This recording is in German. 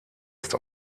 ist